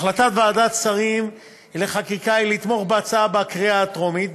החלטת ועדת השרים לחקיקה היא לתמוך בהצעה בקריאה הטרומית,